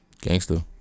Gangster